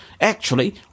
Actually